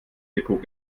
depot